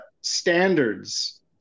standards